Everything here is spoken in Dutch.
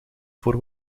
voor